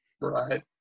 right